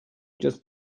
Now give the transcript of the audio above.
just